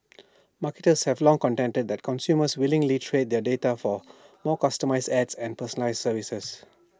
marketers have long contended that consumers willingly trade their data for more customised ads and personalised services